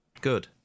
good